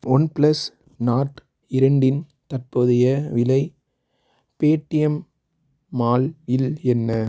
OnePlus Nord இரண்டு இன் தற்போதைய விலை பேடிஎம் மால் இல் என்ன